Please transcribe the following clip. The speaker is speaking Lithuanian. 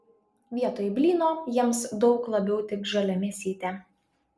vietoj blyno jiems daug labiau tiks žalia mėsytė